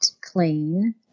clean